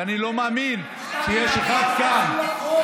ואני לא מאמין שיש כאן אחד,